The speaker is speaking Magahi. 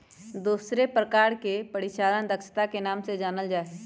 दूसर प्रकार के परिचालन दक्षता के नाम से जानल जा हई